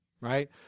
right